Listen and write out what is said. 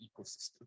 ecosystem